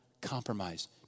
compromise